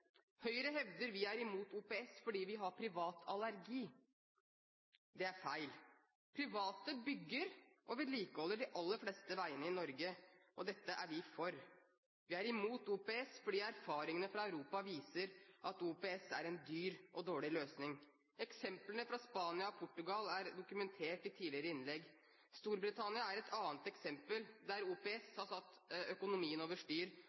Høyre hevder vi er imot OPS fordi vi har privat allergi. Det er feil. Private bygger og vedlikeholder de aller fleste veiene i Norge. Dette er vi for. Vi er imot OPS fordi erfaringene fra Europa viser at OPS er en dyr og dårlig løsning. Eksemplene fra Spania og Portugal er dokumentert i tidligere innlegg. Storbritannia er et annet eksempel der OPS har satt økonomien over styr,